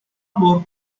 mor